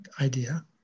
idea